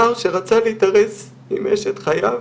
נער שרצה להתארס עם אשת חייו,